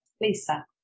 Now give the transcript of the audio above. Lisa